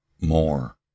more